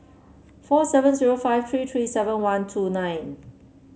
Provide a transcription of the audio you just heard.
four seven zero five three three seven one two nine